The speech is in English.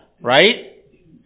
right